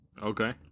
Okay